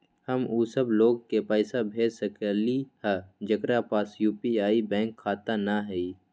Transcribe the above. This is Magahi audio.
हम उ सब लोग के पैसा भेज सकली ह जेकरा पास यू.पी.आई बैंक खाता न हई?